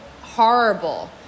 horrible